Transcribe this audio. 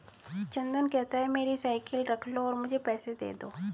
चंदन कहता है, मेरी साइकिल रख लो और मुझे पैसे दे दो